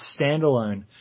Standalone